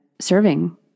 serving